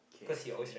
because you always